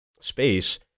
space